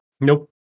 nope